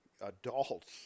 adults